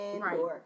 Right